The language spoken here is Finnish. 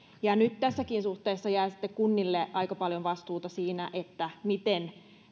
nyt tässäkin suhteessa jää sitten kunnille aika paljon vastuuta siinä miten